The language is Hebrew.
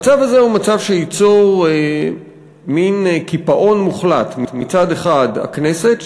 הוא מצב שייצור מין קיפאון מוחלט: מצד אחד הכנסת,